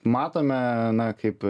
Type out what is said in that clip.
matome na kaip